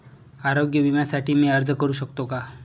आरोग्य विम्यासाठी मी अर्ज करु शकतो का?